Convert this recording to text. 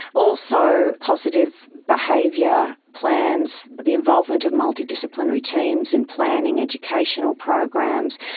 also positive behaviour plans, the involvement of multidisciplinary teams in planning educational programs.